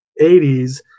80s